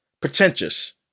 pretentious